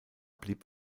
blieb